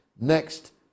next